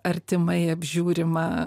artimai apžiūrima